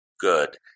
good